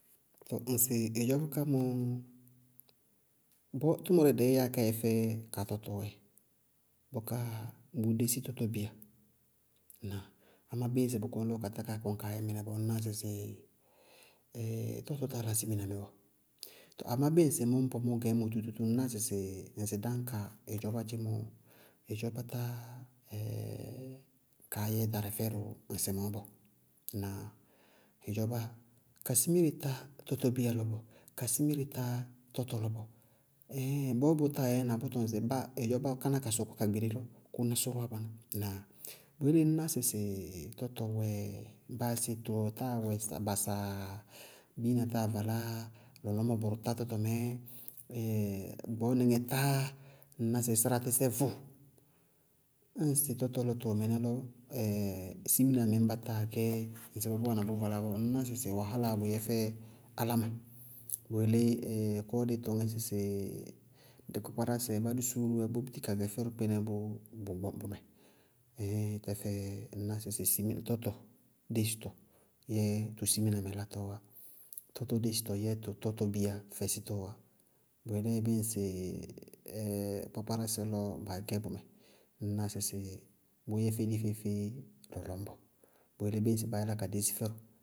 Tɔɔ ŋsɩ ɩdzɔbá ká mɔ, bɔɔ tʋmʋrɛ dɛɛ yáa ká yɛfɛ ka tɔtɔɔ wɛ. Bʋká bʋʋ dési tɔtɔbíya. Ŋnáa? Amá bíɩ ka tá kaa kɔnɩ kaá yɛ mɩnɛ bɔɔ, ŋñná sɩsɩ tɔtɔ táa lá simina mɛɛ bɔɔ. Tɔɔ amá bíɩ ŋsɩ mʋ gɛɛmɔ mʋñbɔ tútú, mʋná sɩ dɩñbɔ, ŋsɩ dáñka ɩdzɔbá dzémɔ, ɩdzɔbá tá kaá yɛ darɩ fɛdʋ ŋsɩmɔɔ bɔɔ. Ŋnáa? Ɩdzɔbá ka simire tá tɔtɔbíya lɔ bɔɔ, ka simire tá tɔtɔ lɔ bɔɔ ɛɛin bɔɔ bʋʋ yɛ na bʋ táa tʋñsɩ ɩdzɔbá káná ka sɔkɔ ka gbelélɔ, kʋná sʋrʋwá báná. Na bʋ yelé ŋñná sɩsɩ tɔtɔ wɛ báasé tʋ táa wɛ basaa, bina taa valá, lɔlɔñbɔ bʋrʋ táa tɔtɔ mɛɛ, gbɔɔnɩŋɛ táa, ŋñná sɩ sáratɩsɛ vʋʋ. Ñŋsɩ tɔtɔ lɔ tʋwɛ mɩnɛ, siminamɛ ñba táa gɛ ŋsɩbɔɔ bʋ wáana bʋʋ valá mɔ bɔɔ, ŋñná sɩsɩ wahálaá bʋtɛ fɛ álámɩná, bʋyelé kɔɔ díí tɔŋñŋɛ sɩsɩ dɩ kpápkárásɛ bá di suúru bá búti ka gɛ fɛdʋ kpínɛ bʋ, bʋ gbɔɔ bʋmɛ. ɛɛin tɛfɛ, ŋñná sɩsɩ sɩme- tɔtɔ desitɔ yɛ tʋ siminamɛ látɔɔwá, tɔtɔ desitɔ yɛ tʋ tɔtɔbíya fɛsítɔɔwá. Bʋyelé bíɩ ŋsɩ kpákpárásɛ lɔ ba gɛ bʋmɛ, ŋñná sɩsɩ bʋʋyɛ fɛ dí feé-feé lɔlɔñbɔ. Bʋ yelé bíɩ ŋsɩ ba yála dési fɛbʋ.